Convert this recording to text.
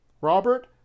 Robert